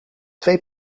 twee